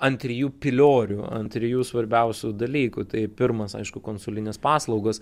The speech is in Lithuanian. ant trijų piliorių ant trijų svarbiausių dalykų tai pirmas aišku konsulinės paslaugos